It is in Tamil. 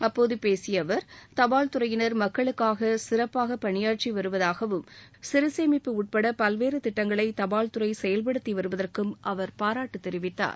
அப்போது பேசிய அவர் தபால் துறையினர் மக்களுக்காக சிறப்பாக பணியாற்றி வருவதாகவும் சிற்சேமிப்பு உட்பட பல்வேறு திட்டங்களை தபால்துறை செயல்படுத்தி வருவதற்கும் அவர் பாராட்டு தெரிவிக்கார்